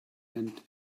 and